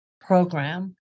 program